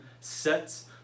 sets